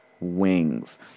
wings